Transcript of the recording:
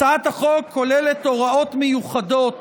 הצעת החוק כוללת הוראות מיוחדות